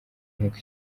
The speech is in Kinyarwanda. nk’uko